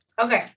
Okay